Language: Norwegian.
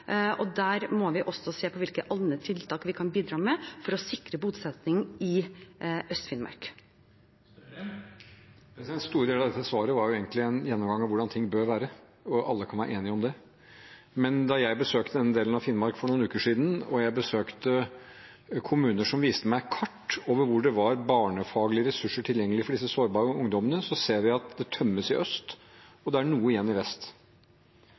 Der må vi også se på hvilke andre tiltak vi kan bidra med for å sikre bosetting i Øst-Finnmark. Store deler av dette svaret var egentlig en gjennomgang av hvordan ting bør være, og alle kan være enige om det. Jeg besøkte denne delen av Finnmark for noen uker siden, og jeg besøkte kommuner som viste meg kart over hvor det var barnefaglige ressurser tilgjengelig for disse sårbare ungdommene. Der ser vi at det tømmes i øst, og at det er noe igjen i vest.